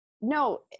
no